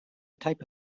type